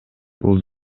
бул